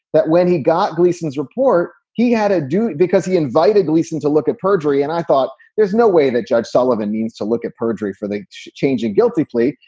that when he got gleason's report, he had to do it because he invited gleason to look at perjury. and i thought there is no way that judge sullivan needs to look at perjury for the change in guilty plea.